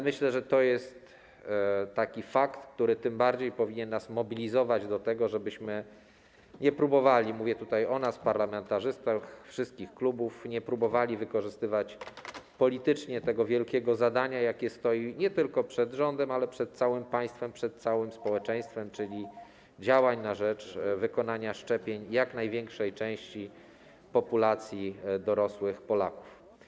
Myślę, że to jest fakt, który tym bardziej powinien nas mobilizować do tego, żebyśmy nie próbowali - mówię tutaj o nas, parlamentarzystach wszystkich klubów - wykorzystywać politycznie tego wielkiego zadania, jakie stoi nie tylko przed rządem, ale przed całym państwem, przed całym społeczeństwem, czyli działań na rzecz wykonania szczepień jak największej części populacji dorosłych Polaków.